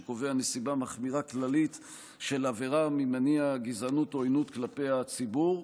שקובע נסיבה מחמירה כללית של עבירה ממניע גזענות או עוינות כלפי הציבור.